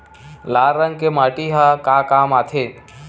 लाल रंग के माटी ह का काम आथे?